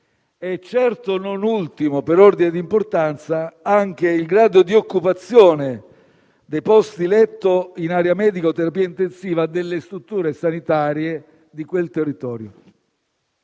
e certamente, non ultimo per ordine di importanza, anche il grado di occupazione dei posti letto di area medica o terapia intensiva delle strutture sanitarie di quel territorio.